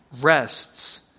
rests